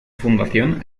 fundación